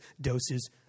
doses